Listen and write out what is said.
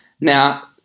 Now